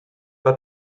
pas